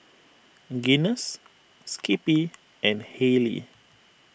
Guinness Skippy and Haylee